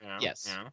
Yes